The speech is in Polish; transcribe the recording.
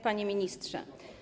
Panie Ministrze!